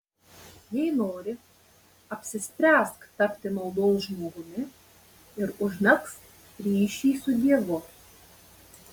jei nori apsispręsk tapti maldos žmogumi ir užmegzk ryšį su dievu